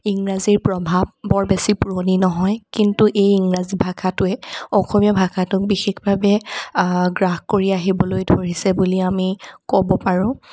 ইংৰাজীৰ প্ৰভাৱ বৰ বেছি পুৰণি নহয় কিন্তু এই ইংৰাজী ভাষাটোৱে অসমীয়া ভাষাটোক বিশেষভাৱে গ্ৰাস কৰি আহিবলৈ ধৰিছে বুলি আমি ক'ব পাৰোঁ